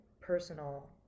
personal